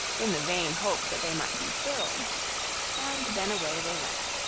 in the vain hope that they might be filled and then away they went.